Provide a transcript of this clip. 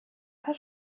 paar